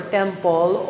temple